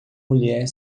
mulher